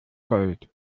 gold